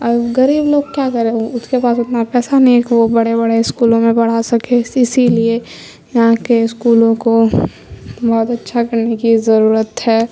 اور غریب لوگ کیا کرے اس کے پاس اتنا پیسہ نہیں کہ وہ بڑے بڑے اسکولوں میں پڑھا سکے اسی لیے یہاں کے اسکولوں کو بہت اچھا کرنے کی ضرورت ہے